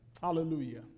Hallelujah